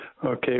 Okay